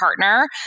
partner